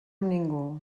ningú